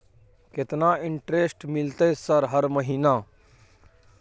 केतना इंटेरेस्ट मिलते सर हर महीना?